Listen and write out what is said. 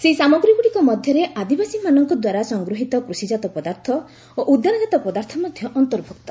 ସେହି ସାମଗ୍ରୀଗୁଡ଼ିକ ମଧ୍ୟରେ ଆଦିବାସୀ ମାନଙ୍କ ଦ୍ୱାରା ସଂଗୃହୀତ କୃଷିଜାତ ପଦାର୍ଥ ଓ ଉଦ୍ୟାନଜାତ ପଦାର୍ଥ ମଧ୍ୟ ଅନ୍ତର୍ଭୁକ୍ତ